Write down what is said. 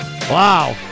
Wow